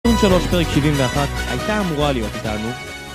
אתם רואים שלוש פרק שבעים ואחת? הייתה אמורה להיות